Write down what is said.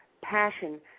passion